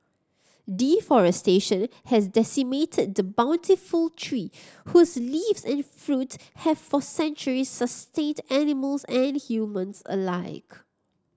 deforestation has decimated the bountiful tree whose leaves and fruit have for centuries sustained animals and humans alike